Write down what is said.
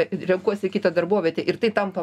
renkuosi kitą darbovietę ir tai tampa